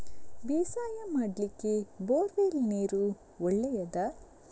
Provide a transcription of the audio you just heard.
ಬೇಸಾಯ ಮಾಡ್ಲಿಕ್ಕೆ bore well ನೀರು ಒಳ್ಳೆಯದಾ?